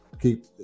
keep